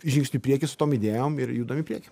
žingsniu prieky su tom idėjom ir judam į priekį